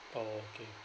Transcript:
okay